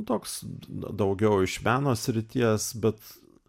toks daugiau iš meno srities bet